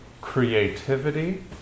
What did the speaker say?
creativity